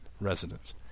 residents